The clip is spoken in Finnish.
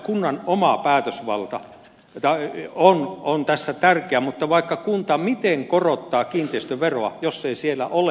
kunnan oma päätösvalta on tässä tärkeä mutta vaikka kunta miten korottaa kiinteistöveroa jos ei siellä ole